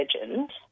legend